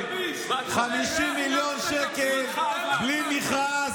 18:40. 50 מיליון שקל בלי מכרז